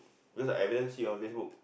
because I everytime see on Facebook